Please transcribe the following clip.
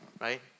right